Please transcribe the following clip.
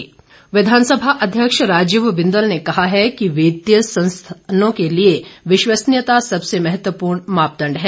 बिंदल विघानसभा अध्यक्ष राजीव बिंदल ने कहा है कि वित्तीय संस्थानों के लिए विश्वसनीयता सबसे महत्वपूर्ण मापदंड है